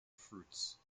fruits